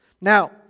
Now